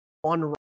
one